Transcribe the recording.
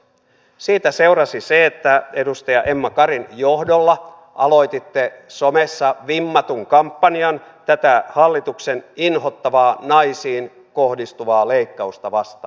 siitä seurasi se että edustaja emma karin johdolla aloititte somessa vimmatun kampanjan tätä hallituksen inhottavaa naisiin kohdistuvaa leikkausta vastaan